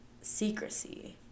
secrecy